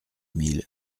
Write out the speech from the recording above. mille